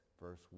verse